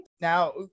Now